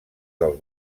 dels